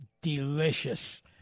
Delicious